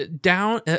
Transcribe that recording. down